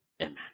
Amen